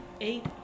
eight